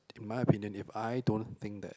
in my opinion if I don't think that